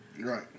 Right